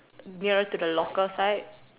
nearer to the locker side